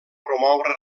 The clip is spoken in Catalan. promoure